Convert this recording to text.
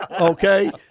Okay